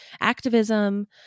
activism